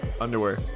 Underwear